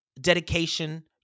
dedication